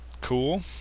cool